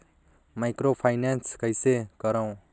Microfinance कइसे करव?